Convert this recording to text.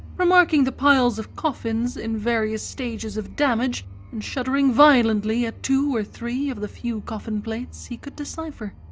remarking the piles of coffins in various stages of damage and shuddering violently at two or three of the few coffin-plates he could decipher.